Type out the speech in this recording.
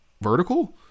vertical